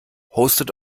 hostet